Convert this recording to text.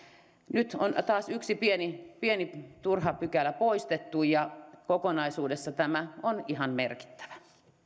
nyt on taas yksi pieni pieni turha pykälä poistettu ja kokonaisuudessa tämä on ihan merkittävä